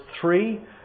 three